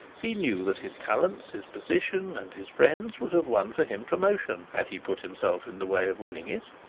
he knew that his talents, his position, and his friends would have won for him promotion, had he put himself in the way of winning it.